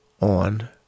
on